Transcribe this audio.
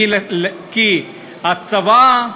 כי צוואה,